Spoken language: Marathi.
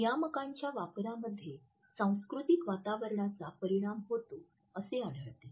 नियामकांच्या वापरामध्ये सांस्कृतिक वातावरणाचा परिणाम होतो असे आढळते